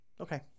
Okay